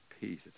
peace